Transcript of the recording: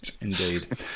Indeed